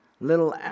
little